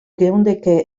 geundeke